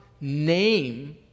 name